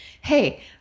hey